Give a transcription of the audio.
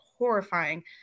horrifying